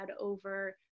over